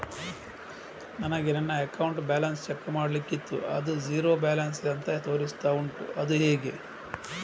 ನನಗೆ ನನ್ನ account balance check ಮಾಡ್ಲಿಕ್ಕಿತ್ತು ಅದು ಝೀರೋ ಬ್ಯಾಲೆನ್ಸ್ ಅಂತ ತೋರಿಸ್ತಾ ಉಂಟು ಅದು ಹೇಗೆ?